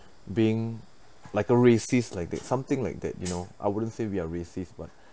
being like a racist like that something like that you know I wouldn't say we are racist but